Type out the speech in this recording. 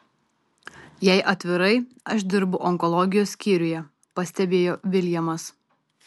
jei atvirai aš dirbu onkologijos skyriuje pastebėjo viljamas